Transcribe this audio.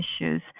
issues